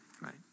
Right